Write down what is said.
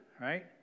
right